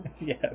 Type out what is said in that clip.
Yes